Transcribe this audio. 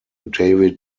david